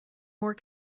more